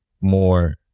more